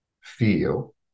feel